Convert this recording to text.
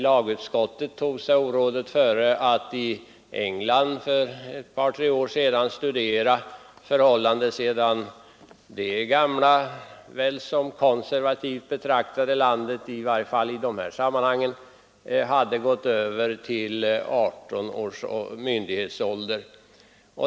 Lagutskottet tog sig orådet före att för ett par tre år sedan studera förhållandena i England, sedan det gamla och i varje fall i detta sammanhang som konservativt betraktade landet hade gått över till 18 år som myndighetsålder.